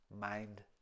mind